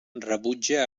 rebutja